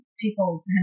people